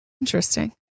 Interesting